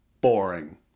boring